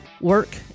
work